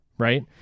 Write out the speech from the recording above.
Right